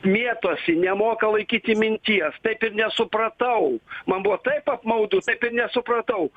mėtosi nemoka laikyti minties taip ir nesupratau man buvo taip apmaudu taip ir nesupratau